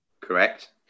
Correct